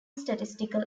statistical